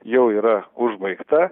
jau yra užbaigta